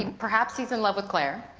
and perhaps he's in love claire,